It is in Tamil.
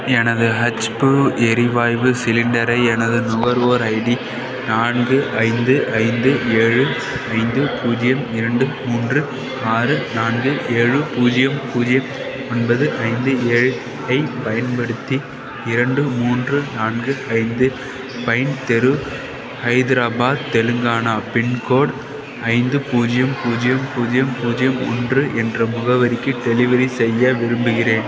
எனது ஹச்பு எரிவாய்வு சிலிண்டரை எனது நுகர்வோர் ஐடி நான்கு ஐந்து ஐந்து ஏழு ஐந்து பூஜ்ஜியம் இரண்டு மூன்று ஆறு நான்கு ஏழு பூஜ்ஜியம் பூஜ்ஜியம் ஒன்பது ஐந்து ஏழு ஐப் பயன்படுத்தி இரண்டு மூன்று நான்கு ஐந்து பைன் தெரு ஹைதராபாத் தெலுங்கானா பின்கோட் ஐந்து பூஜ்ஜியம் பூஜ்ஜியம் பூஜ்ஜியம் பூஜ்ஜியம் ஒன்று என்ற முகவரிக்கு டெலிவரி செய்ய விரும்புகிறேன்